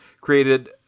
created